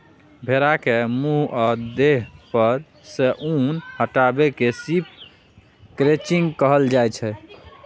भेड़ा केर मुँह आ देह पर सँ उन हटेबा केँ शिप क्रंचिंग कहल जाइ छै